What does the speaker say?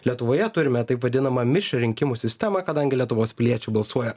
lietuvoje turime taip vadinamą mišrią rinkimų sistemą kadangi lietuvos piliečių balsuoja